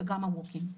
וגם ה-walk-in.